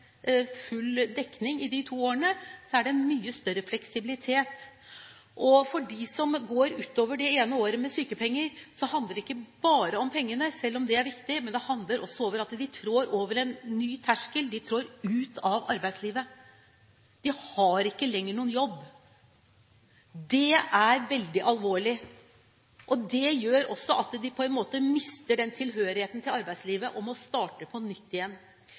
full dekning i de to årene, gir det en mye større fleksibilitet. For dem som går utover det ene året med sykepenger, handler det ikke bare om pengene, selv om det er viktig, men det handler også om at de trår over en ny terskel – de trår ut av arbeidslivet. De har ikke lenger noen jobb. Det er veldig alvorlig. Det gjør også at de mister tilhørigheten til arbeidslivet og må starte på nytt igjen.